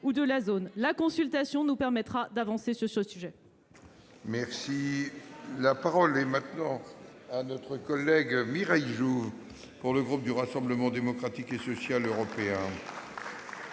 La consultation nous permettra d'avancer sur ce sujet.